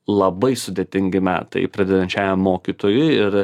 labai sudėtingi metai pradedančiajam mokytojui ir